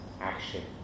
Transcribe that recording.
action